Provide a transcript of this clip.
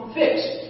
fixed